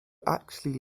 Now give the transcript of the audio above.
actually